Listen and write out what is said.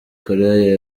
koreya